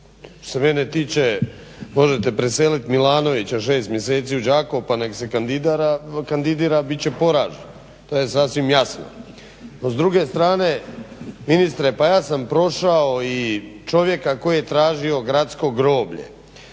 što se mene tiče možete preseliti Milanovića 6 mjeseci u Đakovo pa nek se kandidira, bit će poražen. To je sasvim jasno. S druge strane ministre, pa ja sam prošao i čovjeka koji je tražio gradsko groblje,